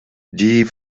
die